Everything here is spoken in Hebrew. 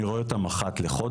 אני רואה אותם אחד לחודש,